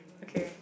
okay